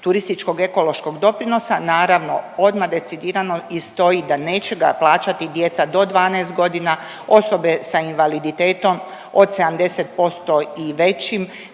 turističkog ekološkog doprinosa. Naravno odmah decidirano i stoji da neće ga plaćati djeca do 12 godina, osobe sa invaliditetom od 70% i većim